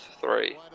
three